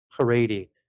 Haredi